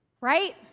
right